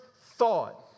thought